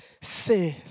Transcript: Says